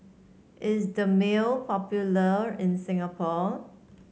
is Dermale popular in Singapore